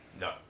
no